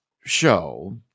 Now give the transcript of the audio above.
show